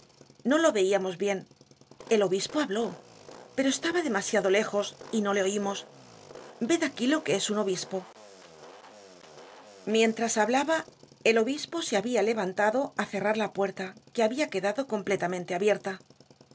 no lo veíamos bien el obispo habló pero estaba demasiado lejos y no le oimos ved aquí lo que es un obispo mientras hablaba el obispo se habia levantado á cerrar la puerta que habia quedado completamente abierta la